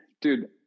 dude